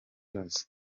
kibazo